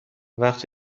وقتی